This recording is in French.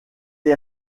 est